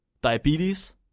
Diabetes